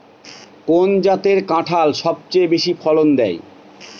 কোন জাতের কাঁঠাল সবচেয়ে বেশি ফলন দেয়?